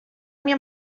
mia